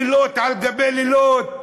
לילות על גבי לילות.